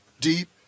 deep